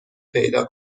پیدا